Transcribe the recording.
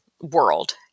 world